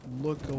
look